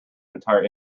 entire